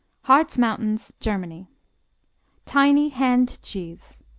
harz mountains, germany tiny hand cheese.